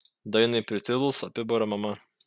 dainai pritilus apibara mama